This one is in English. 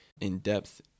in-depth